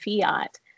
Fiat